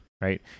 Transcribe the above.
right